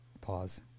Pause